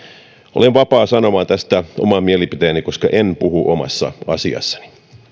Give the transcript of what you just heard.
olen vapaa sanomaan tästä oman mielipiteeni koska en puhu omassa asiassani